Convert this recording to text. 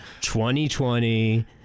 2020